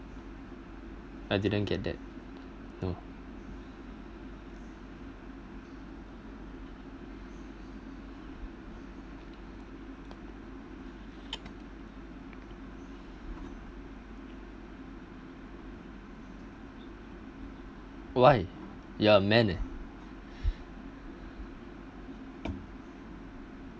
I didn't get that no why you're man eh